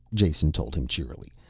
jason told him cheerily.